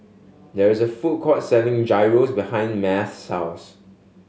there is a food court selling Gyros behind Math's house